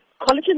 collagen